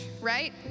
right